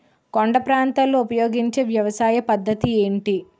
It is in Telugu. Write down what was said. కొండ ప్రాంతాల్లో ఉపయోగించే వ్యవసాయ పద్ధతి ఏంటి?